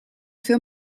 veel